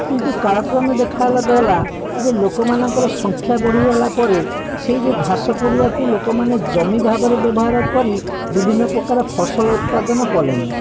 କିନ୍ତୁ କାଳକ୍ରମେ ଦେଖାଗଲା ଯେ ଲୋକମାନଙ୍କର ସଂଖ୍ୟା ବଢ଼ିଗଲାପରେ ସେଇ ଯେଉଁ ଘାସ ପଡ଼ିଆକୁ ଲୋକମାନେ ଜମି ଭାବରେ ବ୍ୟବହାର କରି ବିଭିନ୍ନପ୍ରକାର ଫସଲ ଉତ୍ପାଦନ କଲେଣି